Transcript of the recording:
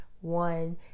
one